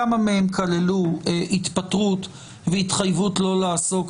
כמה מהם כללו התפטרות והתחייבות לא לעסוק